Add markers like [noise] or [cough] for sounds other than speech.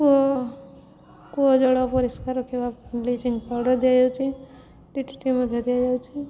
କୂଅ କୂଅ ଜଳ ପରିଷ୍କାର ରଖିବା ବ୍ଲିଚିଙ୍ଗ ପାଉଡ଼ର୍ ଦିଆଯାଉଛି [unintelligible] ମଧ୍ୟ ଦିଆଯାଉଛି